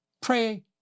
pray